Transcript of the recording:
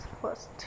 first